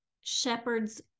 shepherds